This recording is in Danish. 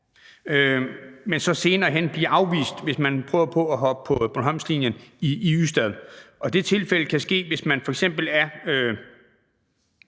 men så senere blive afvist, hvis man prøver på at hoppe på Bornholmslinjen i Ystad. Det kan ske, hvis man f.eks.